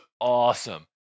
awesome